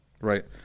Right